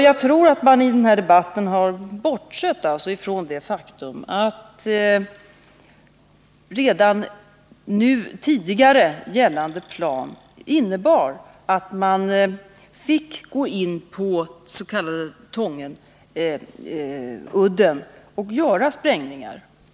Jag tror att det i denna debatt har bortsetts från det faktum att redan tidigare gällande plan innebar att man fick gå in på den s.k. Tångenhalvön och göra sprängningar.